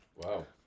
Wow